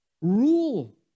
rule